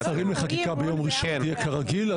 ועדת השרים לענייני חקיקה יהיה כרגיל.